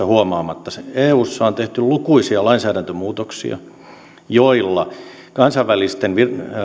huomaamatta se että eussa on tehty lukuisia lainsäädäntömuutoksia joilla kansainvälisten